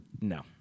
No